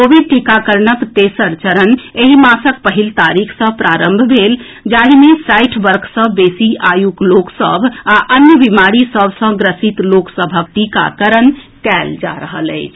Covid टीकाकरणक तेसर चरण एहि मासक पहिल तारीख सँ प्रारंभ भेल जाहि मे साठि वर्ष सँ बेसी आयुक लोक सभ आ अन्य बीमारी सभ सँ ग्रसित लोक सभक टीकाकरण कयल जा रहल अछि